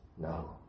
No